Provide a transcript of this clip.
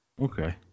Okay